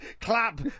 clap